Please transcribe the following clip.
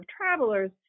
travelers